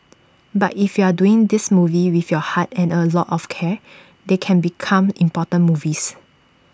but if you're doing these movies with your heart and A lot of care they can become important movies